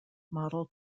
model